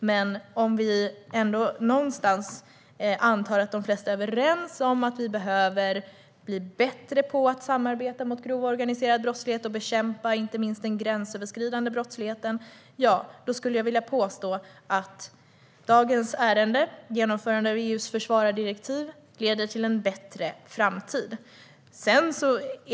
Men antar vi att de flesta är överens om att vi behöver bli bättre på att samarbeta mot grov organiserad brottslighet och att bekämpa inte minst den gränsöverskridande brottsligheten, då påstår jag att detta genomförande leder till en bättre framtid.